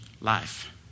life